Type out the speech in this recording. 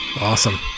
Awesome